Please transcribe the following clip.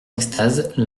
extase